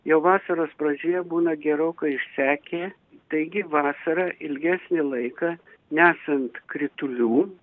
jau vasaros pradžioje būna gerokai išsekę taigi vasarą ilgesnį laiką nesant kritulių